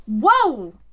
Whoa